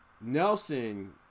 Nelson